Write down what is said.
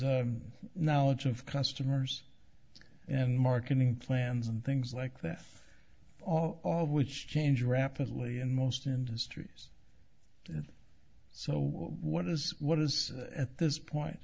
knowledge of customers and marketing plans and things like this all of which change rapidly in most industries so what is what is at this point